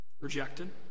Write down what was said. Rejected